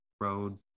road